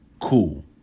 Cool